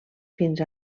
fins